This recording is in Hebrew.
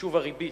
חישוב הריבית.